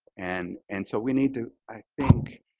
and and so we need to, i think,